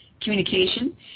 communication